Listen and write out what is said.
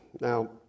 Now